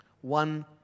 one